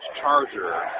Charger